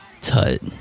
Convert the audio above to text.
Tut